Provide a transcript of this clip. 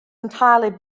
entirely